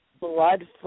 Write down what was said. Blood